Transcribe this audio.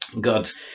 God's